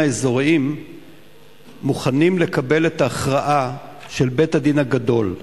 האזוריים מוכנים לקבל את ההכרעה של בית-הדין הגדול.